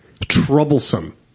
troublesome